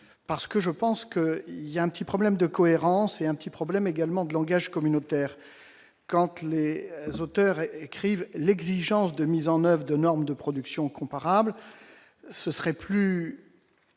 parce que je pense que il y a un petit problème de cohérence et un petit problème également de langage communautaire, commentent les auteurs écrivent l'exigence de mise en oeuvre de normes de production comparables, ce serait plus